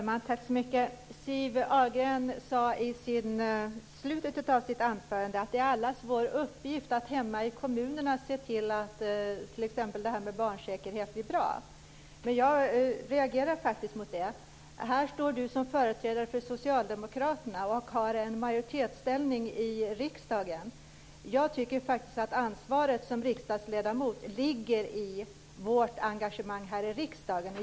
Herr talman! Siw Wittgren-Ahl sade i slutet av sitt anförande att det är allas vår uppgift att hemma i kommunerna se till att t.ex. detta med barnsäkerhet blir bra. Jag reagerar faktiskt mot det. Siw Wittgren Ahl företräder Socialdemokraterna, som har en majoritetsställning i riksdagen. Jag tycker faktiskt att ansvaret som riksdagsledamot ligger i vårt engagemang här i riksdagen.